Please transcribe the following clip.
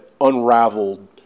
unraveled